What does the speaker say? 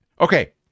Okay